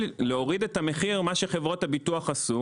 להוריד את המחיר מה שחברות הביטוח עשו,